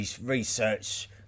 research